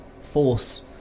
force